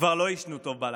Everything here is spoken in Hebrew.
כבר לא יישנו טוב בלילה.